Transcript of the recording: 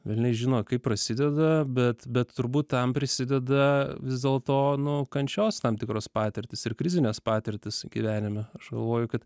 velniai žino kaip prasideda bet bet turbūt tam prisideda vis dėlto nu kančios tam tikros patirtys ir krizinės patirtys gyvenime aš galvoju kad